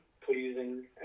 pleasing